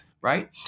right